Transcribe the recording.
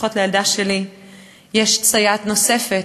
לפחות לילדה שלי יש סייעת נוספת,